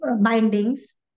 bindings